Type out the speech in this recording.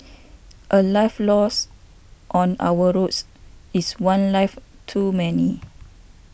a life lost on our roads is one life too many